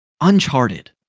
uncharted